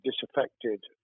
disaffected